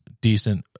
decent